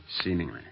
Seemingly